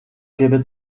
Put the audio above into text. gebe